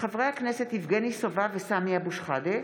בעקבות דיון מהיר בהצעתם של חברי הכנסת מאיר כהן ווליד טאהא בנושא: